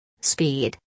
Speed